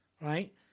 right